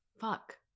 Fuck